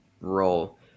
role